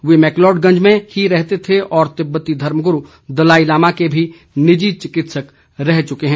वे मैकलोडगंज में ही रहते थे और तिब्बती धर्मगुरु दलाई लामा के भी निजी चिकित्सक रह चुके है